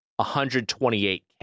128K